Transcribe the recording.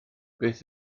beth